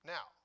Now